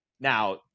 Now